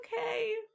okay